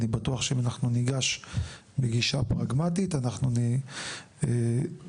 אני בטוח שאם ניגש בגישה פרגמטית אנחנו לכל